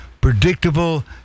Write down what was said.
predictable